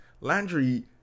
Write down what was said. Landry